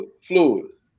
fluids